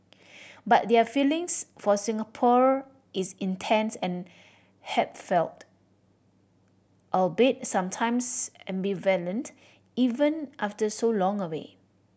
but their feelings for Singapore is intense and heartfelt albeit sometimes ambivalent even after so long away